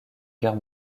guerre